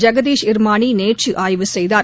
ஜெகதீஷ் இர்மானி நேற்று ஆய்வு செய்தார்